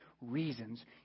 reasons